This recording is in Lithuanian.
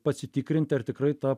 pasitikrinti ar tikrai ta